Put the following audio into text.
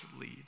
lead